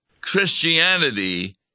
Christianity